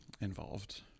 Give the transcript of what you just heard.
involved